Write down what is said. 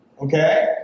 Okay